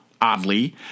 oddly